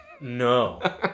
No